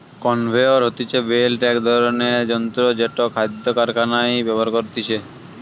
conveyor হতিছে belt এক ধরণের যন্ত্র জেটো খাদ্য কারখানায় ব্যবহার করতিছে